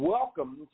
Welcome